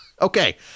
Okay